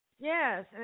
Yes